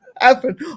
Happen